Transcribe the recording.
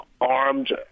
armed